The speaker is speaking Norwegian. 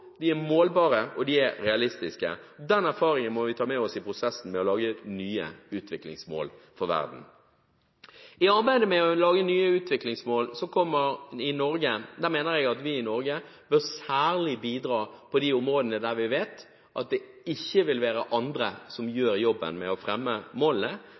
de er målbare, og de er realistiske. Den erfaringen må vi ta med oss i prosessen med å lage nye utviklingsmål for verden. I arbeidet med å lage nye utviklingsmål mener jeg at vi i Norge særlig bør bidra på de områdene der vi vet at det ikke vil være andre som gjør jobben med å fremme målene,